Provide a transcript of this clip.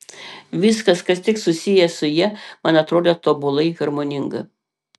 viskas kas tik susiję su ja man atrodė tobulai harmoninga